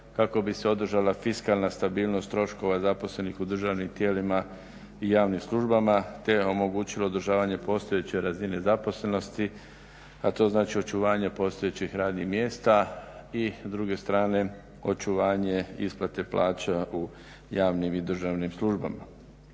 kako bi se održala fiskalna stabilnost troškova zaposlenih u državnim tijelima i javnim službama, te omogućilo održavanje postojeće razine zaposlenosti, a to znači očuvanje postojećih radnih mjesta i s druge strane očuvanje isplate plaća u javnim i državnim službama.